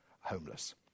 homeless